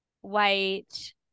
white